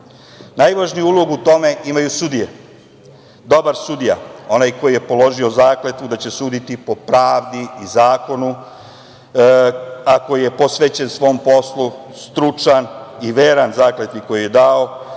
panike. Najvažniju ulogu u tome imaju sudije. Dobar sudija, onaj koji je položio zakletvu da će suditi po pravdi i zakonu, a koji je posvećen svom poslu, stručan i veran zakletvi koju je dao